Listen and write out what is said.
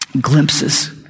glimpses